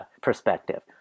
perspective